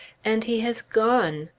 and he has gone!